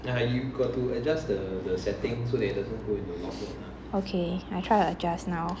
okay I try to adjust now